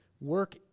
work